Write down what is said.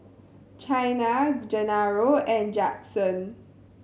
Chyna Genaro and Judson